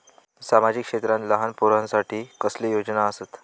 सामाजिक क्षेत्रांत लहान पोरानसाठी कसले योजना आसत?